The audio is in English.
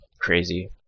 crazy